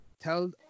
tell